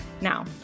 Now